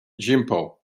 gimpo